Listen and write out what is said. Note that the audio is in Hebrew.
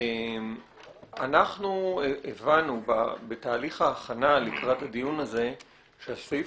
אנחנו הבנו בתהליך ההכנה לקראת הדיון הזה שהסעיף